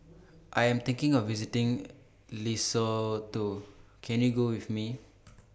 I Am thinking of visiting Lesotho Can YOU Go with Me